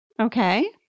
Okay